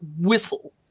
whistle